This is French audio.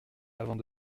avant